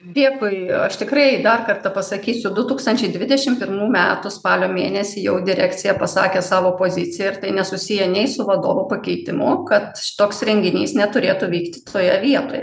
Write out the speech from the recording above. dėkui aš tikrai dar kartą pasakysiu du tūkstančiai dvidešim pirmų metų spalio mėnesį jau direkcija pasakė savo poziciją ir tai nesusiję nei su vadovo pakeitimu kad toks renginys neturėtų vykti toje vietoje